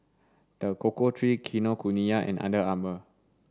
the Cocoa Trees Kinokuniya and Under Armour